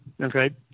okay